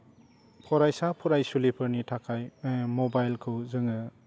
फरायसा फरायसुलिफोरनि थाखाय मबाइलखौ जोङो